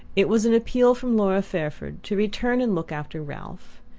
it was an appeal from laura fairford to return and look after ralph.